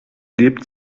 lebt